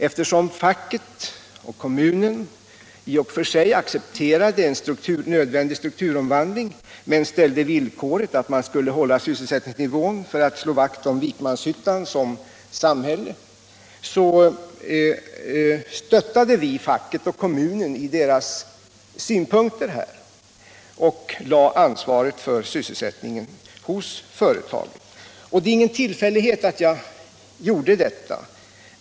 Eftersom facket och kommunen accepterade en nödvändig strukturomvandling men ställde villkoret att företaget skulle hålla sysselsättningsnivån för att slå vakt om Vikmanshyttan som samhälle stöttade vi facket och kommunen i deras synpunkter och lade ansvaret för sysselsättningen på företaget. Det är ingen tillfällighet att jag gjorde detta.